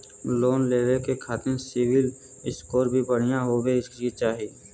Loan लेवे के खातिन सिविल स्कोर भी बढ़िया होवें के चाही?